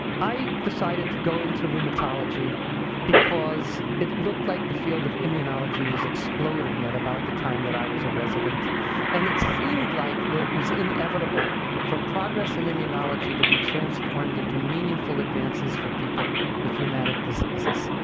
i decided to go into rheumatology because it looked like the field of immunology was exploding at about the time that i was a resident and it seemed like that it was inevitable for progress in immunology to be transformed into meaningful advances for people with rheumatic diseases.